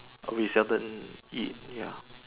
we seldom eat ya